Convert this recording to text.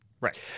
Right